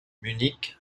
munich